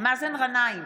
מאזן גנאים,